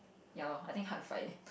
ya lor I think hard to find leh